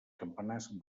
campanars